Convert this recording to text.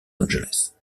angeles